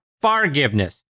forgiveness